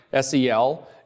SEL